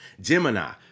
Gemini